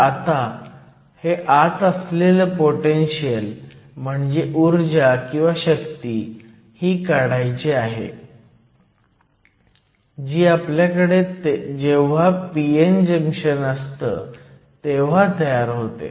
तर आता हे आत असलेलं पोटेनशीयल म्हणजे ऊर्जाशक्ती ही काढायची आहे जी आपल्याकडे जेव्हा p n जंक्शन असतं तेव्हा तयार होते